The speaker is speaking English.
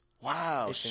wow